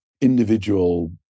Individual